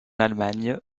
allemagne